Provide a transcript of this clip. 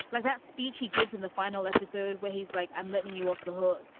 like that speech he gives in the final episode where he's like, i'm letting you off the hook.